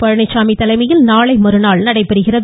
பழனிச்சாமி தலைமையில் நாளை மறுநாள் நடைபெறுகிறது